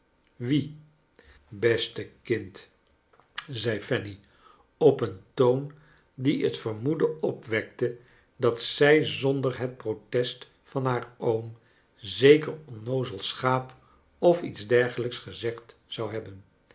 te kind zei fanny op een toon die het vermoeden opwekte dat zij zonder het protest van haar oom zeker onnoozel schaap of iets dergelijks gezegd zou hebben